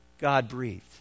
God-breathed